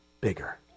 bigger